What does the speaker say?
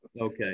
Okay